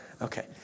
Okay